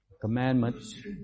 commandments